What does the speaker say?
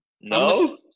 no